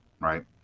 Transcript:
right